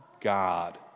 God